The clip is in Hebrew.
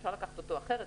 אפשר לקחת אותו אחרת,